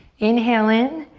inhale in.